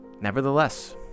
Nevertheless